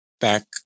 back